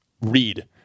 read